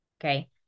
okay